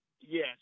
Yes